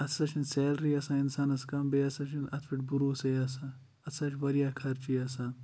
اَتھ ہَسا چِھنہِ سیلری آسان اِنسانَس کَم بیٚیہِ ہَسا چھ اَتھ پیٹھ بَروسے آسان اَتھ ہسا چھ وارِیاہ خَرچہٕ آسان